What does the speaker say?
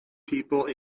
people